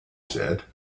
said